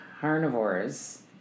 carnivores